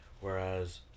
whereas